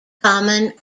common